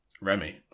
Remy